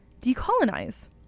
decolonize